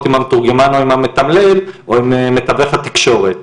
עם המתורגמן או עם המתמלל או עם מתווך התקשורת.